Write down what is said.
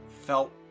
felt